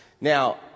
Now